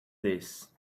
this